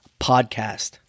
podcast